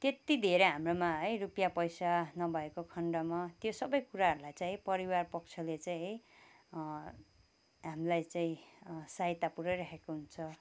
त्यति धेरै हाम्रोमा है रुपियाँ पैसा नभएको खन्डमा त्यो सबै कुराहरूलाई चाहिँ परिवार पक्षले चाहिँ है हामीलाई चाहिँ सहायता पुराइरहेको हुन्छ